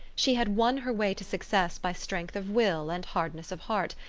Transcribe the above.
she had won her way to success by strength of will and hardness of heart,